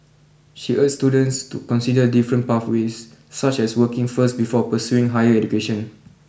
she urges students to consider different pathways such as working first before pursuing higher education